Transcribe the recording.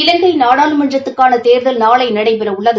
இலங்கை நாடாளுமன்றத்துக்கான தேர்தல் நாளை நடைபெறவுள்ளது